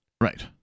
Right